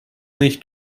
nicht